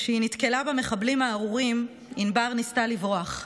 כשהיא נתקלה במחבלים הארורים ענבר ניסתה לברוח,